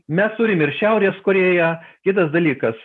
mes turim ir šiaurės korėją kitas dalykas